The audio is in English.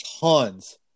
tons